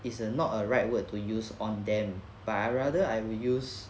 is uh not a right word to use on them but I rather I will use